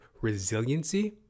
resiliency